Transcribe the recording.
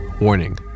Warning